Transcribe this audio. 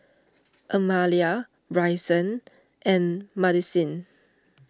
Amalia Bryson and Madisyn